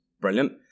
brilliant